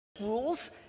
rules